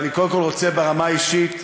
אני קודם כול רוצה, ברמה האישית,